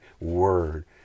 word